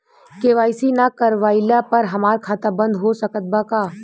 KYC ना करवाइला पर हमार खाता बंद हो सकत बा का?